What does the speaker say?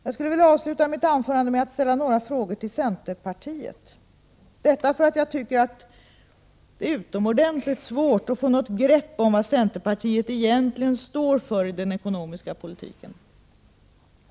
Jag skulle vilja avsluta mitt anförande med att ställa några frågor till centerpartiet, detta för att jag tycker att det är utomordentligt svårt att få något grepp om vad centerpartiet egentligen står för i den ekonomiska politiken.